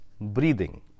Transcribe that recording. breathing